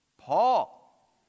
Paul